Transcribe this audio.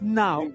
now